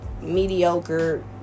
mediocre